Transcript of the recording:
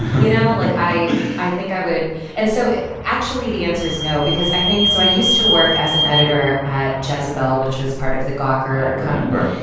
you know? like, i i think i would and so, actually, the answer is no because i think so i used to work as an editor at jezebel, which was part of the gawker. i remember.